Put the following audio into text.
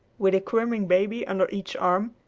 with a squirming baby under each arm,